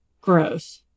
Gross